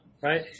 Right